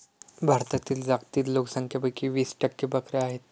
भारतातील जागतिक लोकसंख्येपैकी वीस टक्के बकऱ्या आहेत